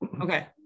Okay